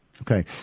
Okay